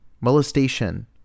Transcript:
molestation